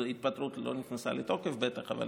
ההתפטרות עוד לא נכנסה לתוקף בטח, אבל